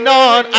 on